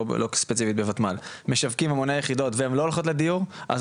לא ספציפית בוותמ"ל משווקים המוני יחידות דיור והן לא